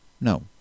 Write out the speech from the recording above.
no